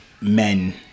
men